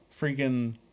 freaking